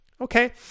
Okay